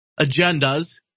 agendas